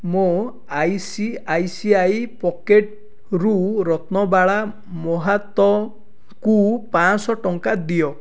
ମୋ I C I C I pocket ରୁ ରତ୍ନବାଳା ମହାତ ଙ୍କୁ ପାଞ୍ଚ ଶହ ଟଙ୍କା ଦିଅ